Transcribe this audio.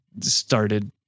started